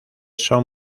son